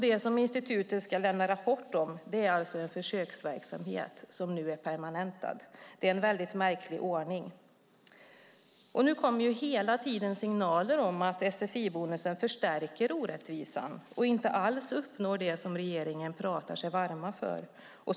Det som institutet ska lämna en rapport om är alltså en försöksverksamhet som nu är permanentad. Det är en väldigt märklig ordning. Nu kommer hela tiden signaler om att sfi-bonusen förstärker orättvisan och inte alls uppnår det som regeringen pratar sig varm för.